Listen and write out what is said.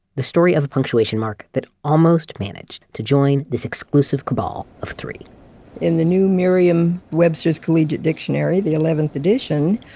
the story of a punctuation mark that almost managed to join this exclusive cabal of three in the new merriam webster's collegiate dictionary, the eleventh edition,